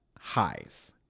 highs